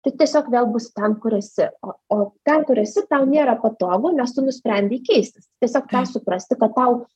tai tiesiog vėl busi ten kur esi o o ten kur esi tau nėra patogu nes tu nusprendei keistis tiesiog tą suprasti kad tau